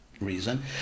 reason